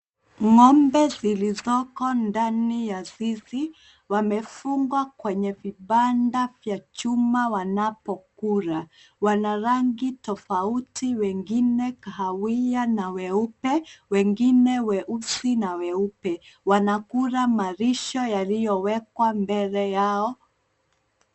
Ng'ombe zilizoko ndani ya zizi wamefungwa kwenye vibanda vya chuma wanapo kula. Wana rangi tofauti wengine kahawia na nyeupe na wengine weusi na weupe. Wanakula malisho yaliyo wekwa mbele yao.